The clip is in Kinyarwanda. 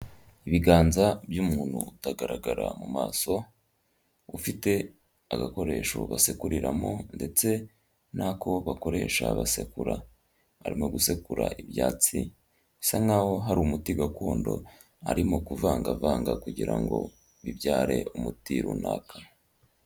Ibiganza by'umuntu utagaragara mu maso, ufite agakoresho basekuriramo ndetse n'ako bakoresha basekura. Arimo gusekura ibyatsi bisa nk'aho hari umuti gakondo arimo kuvanga kugira ngo bibyare umuti runaka.